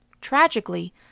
Tragically